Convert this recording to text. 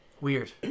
Weird